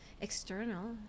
external